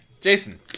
Jason